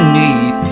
need